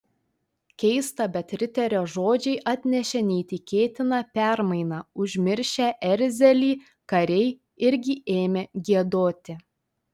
keista bet riterio žodžiai atnešė neįtikėtiną permainą užmiršę erzelį kariai irgi ėmė giedoti